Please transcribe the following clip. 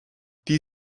die